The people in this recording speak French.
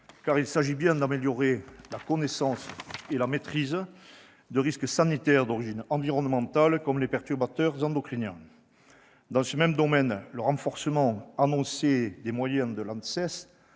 car il s'agit bien d'améliorer la connaissance et la maîtrise des risques sanitaires d'origine environnementale, comme les perturbateurs endocriniens. Dans ce même domaine, le renforcement annoncé des moyens de l'ANSES,